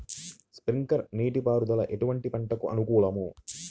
Sprinkler నీటిపారుదల ఎటువంటి పంటలకు అనుకూలము?